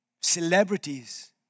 Celebrities